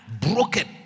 broken